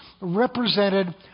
represented